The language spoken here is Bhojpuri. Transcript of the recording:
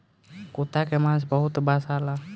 कुता के मांस बहुते बासाला